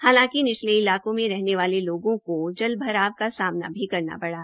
हालांकि निचले इलाकों में रहने वालों लोगो को जलभराव का सामना भी करना पड़ा